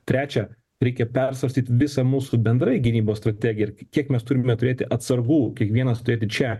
trečia reikia persvarstyt visą mūsų bendrai gynybos strategiją kiek mes turime turėti atsargų kiekvienas turėti čia